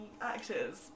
actors